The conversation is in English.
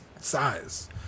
size